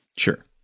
Sure